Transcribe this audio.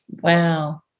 Wow